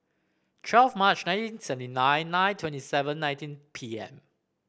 twelve Mar nineteen seventy nine nine twenty seven nineteen pm